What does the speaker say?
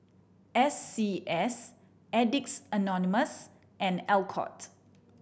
S C S Addicts Anonymous and Alcott